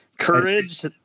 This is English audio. Courage